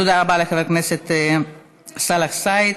תודה רבה לחבר הכנסת סאלח סעד.